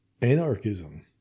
anarchism